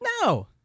No